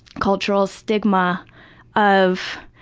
cultural stigma of,